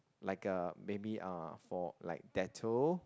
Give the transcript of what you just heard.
like uh maybe uh for like Dettol